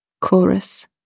Chorus